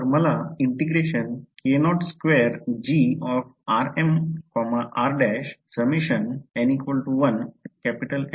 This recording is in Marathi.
तर मला हे मिळेल